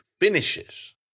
finishes